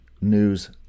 news